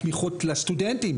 התמיכות לסטודנטים,